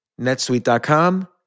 netsuite.com